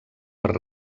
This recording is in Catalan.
per